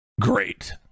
great